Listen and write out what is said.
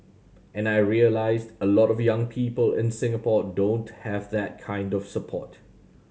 and I realised a lot of young people in Singapore don't have that kind of support